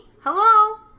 Hello